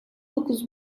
dokuz